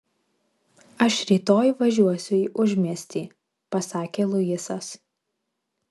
aš rytoj važiuosiu į užmiestį pasakė luisas